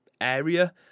area